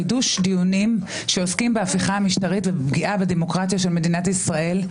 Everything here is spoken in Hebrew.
חידוש דיונים שעוסקים בהפיכה המשטרית ופגיעה בדמוקרטיה של ישראל,